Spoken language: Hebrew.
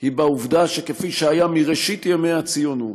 היא בכך שכפי שהיה מראשית ימי הציונות,